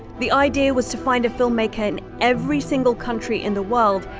the idea was to find a filmmaker in every single country in the world,